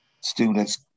students